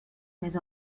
més